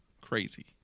Crazy